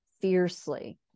fiercely